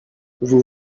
vous